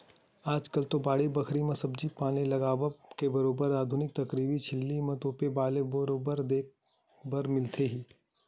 आजकल तो बाड़ी बखरी म सब्जी पान के लगावब म बरोबर आधुनिक तरकीब झिल्ली म तोपे वाले बरोबर देखे बर मिलथे ही